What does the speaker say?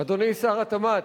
אדוני שר התמ"ת.